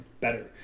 better